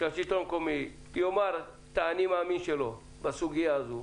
שהשלטון המקומי יאמר את ה-"אני מאמין" שלו בסוגיה הזו,